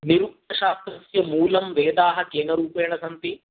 निरुक्तशास्त्रस्य मूलं वेदाः केन रूपेण सन्ति